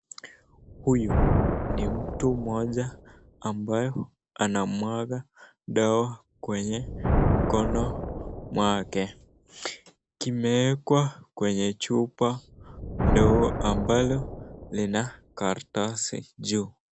Huyu ni mtu mmoja ambayo anamwaga dawa kwenye mkono mwake kimewekwa kwenye chupa ndogo ambalo lina karatasi juu.